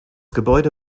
gebäude